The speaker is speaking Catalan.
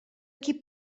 qui